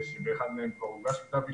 שבאחד מהם כבר הוגש כתב אישום.